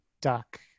duck